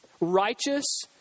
righteous